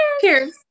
Cheers